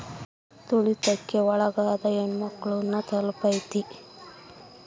ತುಳಿತಕ್ಕೆ ಒಳಗಾದ ಹೆಣ್ಮಕ್ಳು ನ ತಲುಪೈತಿ